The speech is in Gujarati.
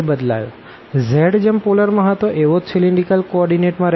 z જેમ પોલર માં હતો એવો જ સીલીન્દ્રીકલ કો ઓર્ડીનેટમાં રેહશે